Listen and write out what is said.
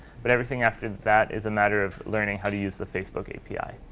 but everything after that is a matter of learning how to use the facebook api.